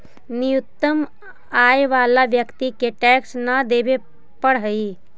न्यूनतम आय वाला व्यक्ति के टैक्स न देवे पड़ऽ हई